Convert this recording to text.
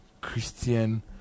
christian